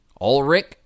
Ulrich